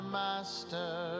master